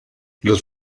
los